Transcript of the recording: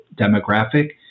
demographic